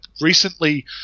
recently